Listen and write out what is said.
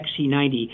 XC90